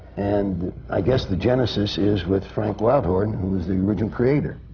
and i guess the genesis is with frank wildhorn, who is the original creator.